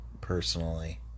personally